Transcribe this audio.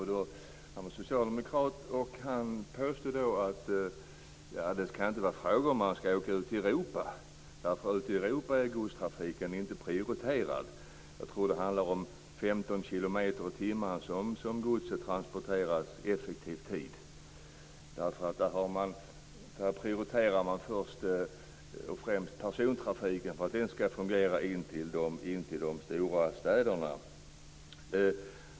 Han är socialdemokrat, och han påstod att det inte skall vara fråga om att man skall åka ut i Europa. Ute i Europa är godstrafiken inte prioriterad. Jag tror att godset transporteras med 15 kilometer i timmen i effektiv tid. Där prioriterar man först och främst persontrafiken för att den skall fungera in till de stora städerna.